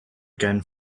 again